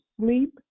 sleep